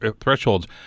thresholds